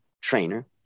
trainer